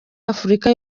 afurika